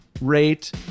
rate